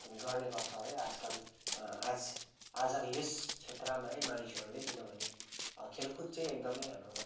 गर्ने गर्छौँ है आजकल आज् आजको यस क्षेत्रमा है मानिसहरूले किनभने खेलकुद चाहिँ एकदमै हाम्रो